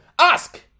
ask